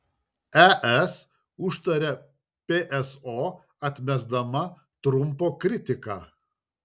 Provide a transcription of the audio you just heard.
es užtaria pso atmesdama trumpo kritiką